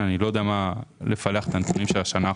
אני לא יודע לפלח את הנתונים של השנה האחרונה,